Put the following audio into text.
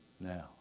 now